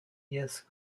years